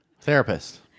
Therapist